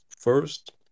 first